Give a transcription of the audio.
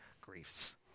griefs